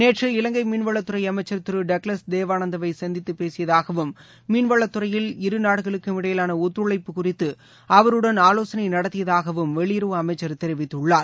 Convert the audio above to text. நேற்று இலங்கை மீன்வளத்துறை அமைச்சர் திரு டக்ளஸ் தேவானந்தாவை சந்தித்துப் பேசியதாகவும் மீள்வளத்துறையில் இருநாடுகளுக்கும் இடையிலான ஒத்துழைப்பு குறித்து அவருடன் ஆலோசனை நடத்தியதாகவும் வெளியுறவு அமைச்சர் தெரிவித்துள்ளார்